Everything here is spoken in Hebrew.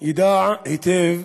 ידע היטב,